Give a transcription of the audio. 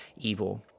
evil